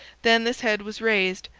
then this head was raised,